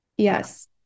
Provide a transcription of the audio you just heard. Yes